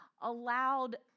allowed